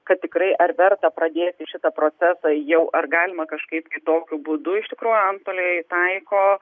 kad tikrai ar verta pradėti šitą procesą jau ar galima kažkaip kitokiu būdu iš tikrųjų antstoliai taiko